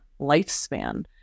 lifespan